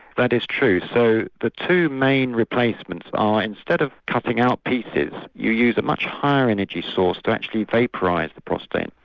that is true, so the two main replacements are instead of cutting out pieces you use a much higher energy source to actually vaporise the prostate.